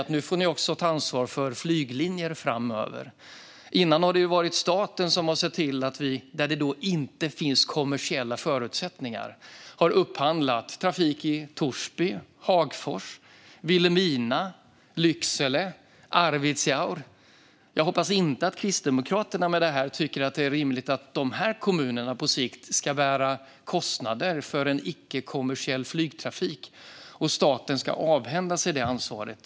Ska de framöver också ta ansvar för flyglinjer? Tidigare har det varit staten som gått in där det inte finns kommersiella förutsättningar och upphandlat trafik i till exempel Torsby, Hagfors, Vilhelmina, Lycksele och Arvidsjaur. Jag hoppas inte att Kristdemokraterna tycker att det är rimligt att dessa kommuner på sikt ska bära kostnader för icke-kommersiell flygtrafik och att staten ska avhända sig det ansvaret.